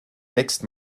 mixed